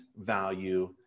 value